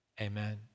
amen